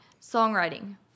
Songwriting